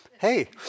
Hey